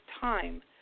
time